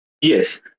Yes